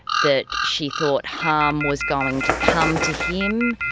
that she thought harm was going to come to him,